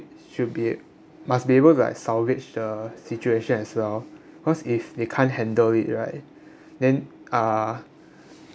should be ab~ must be able to like salvage the situation as well cause if they can't handle it right then uh